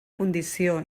condició